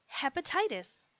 Hepatitis